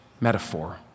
metaphor